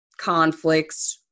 conflicts